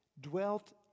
dwelt